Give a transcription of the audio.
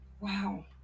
Wow